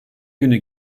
günü